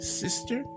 sister